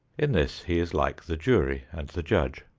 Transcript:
in this he is like the jury and the judge.